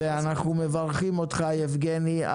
אנחנו מברכים אותך יבגני,